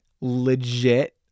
legit